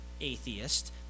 atheist